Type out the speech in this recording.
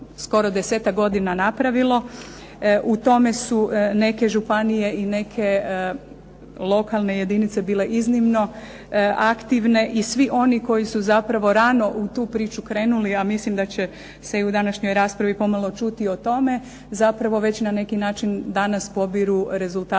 U tome su neke županije i neke lokalne jedinice bile iznimno aktivne i svi oni koji su zapravo rano u tu priču krenuli ja mislim da će se i u današnjoj raspravi pomalo čuti o tome, zapravo već na neki način danas pobiru rezultate